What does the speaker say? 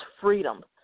freedom